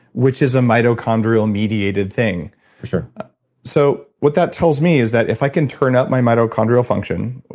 which is a mitochondrial mediated thing for sure so, what that tells me is that if i can turn up my mitochondrial function,